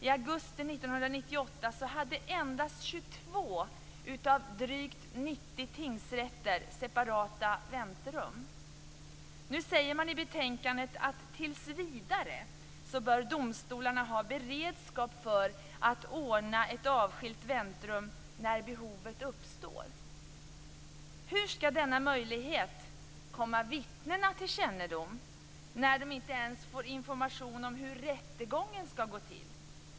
I augusti 1998 hade endast 22 av drygt 90 tingsrätter separata väntrum. Nu säger man i betänkandet att domstolarna tills vidare bör ha beredskap för att ordna ett avskilt väntrum när behovet uppstår. Hur skall denna möjlighet komma vittnena till kännedom när de inte ens får kännedom om hur rättegången skall gå till?